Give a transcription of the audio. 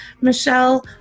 Michelle